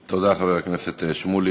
תודה, חבר הכנסת שמולי.